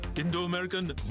Indo-American